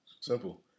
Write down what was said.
simple